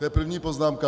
To je první poznámka.